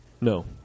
No